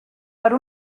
per